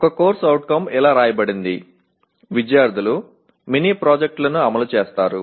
ఒక CO ఇలా రాయబడింది విద్యార్థులు మినీ ప్రాజెక్టులను అమలు చేస్తారు